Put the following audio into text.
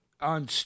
On